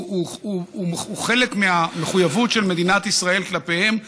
הוא חלק מהמחויבות של מדינת ישראל כלפיהם,